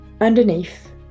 underneath